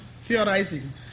theorizing